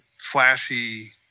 flashy –